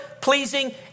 pleasing